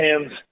hands